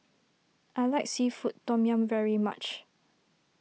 I like Seafood Tom Yum very much